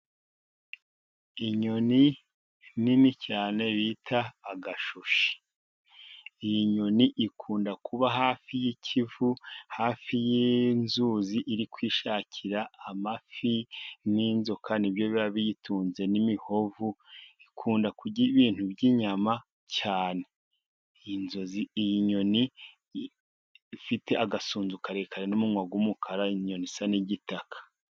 Inyoni nini cyane bita agashushi. Iyi nyoni ikunda kuba hafi y'ikivu, hafi y'inzuzi, iri kwishakira amafi n'inzoka. Ni byo biba biyitunze n'imihovu. Ikunda kurya ibintu by'inyama cyane. Iyi nyoni ifite agasunzu karekare n'umunwa w'umukara. Ni inyoni isa n'igitaka.